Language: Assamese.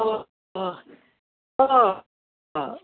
অঁ অঁ অঁ অঁ